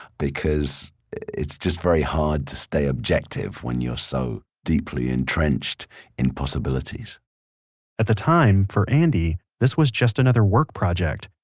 because it's just very hard to stay objective when you're so deeply entrenched in possibilities at the time, for andy, this was just another work project.